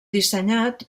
dissenyat